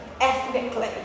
ethnically